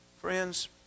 Friends